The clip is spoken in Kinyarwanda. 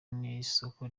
n’isoko